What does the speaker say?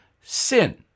sin